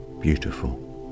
Beautiful